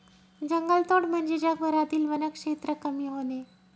जंगलतोड म्हणजे जगभरातील वनक्षेत्र कमी होणे